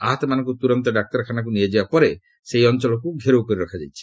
ଆହତମାନଙ୍କୁ ତୁରନ୍ତ ଡାକ୍ତରଖାନାକୁ ନିଆଯିବା ପରେ ସେହି ଅଞ୍ଚଳକୁ ଘେରାଉ କରି ରଖାଯାଇଛି